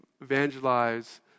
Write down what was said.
evangelize